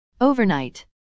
Overnight